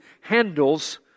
handles